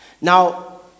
Now